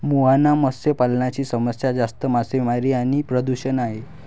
मुहाना मत्स्य पालनाची समस्या जास्त मासेमारी आणि प्रदूषण आहे